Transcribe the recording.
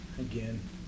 again